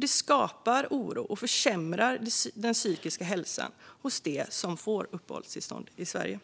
De skapar oro och försämrar den psykiska hälsan hos dem som får uppehållstillstånd i Sverige.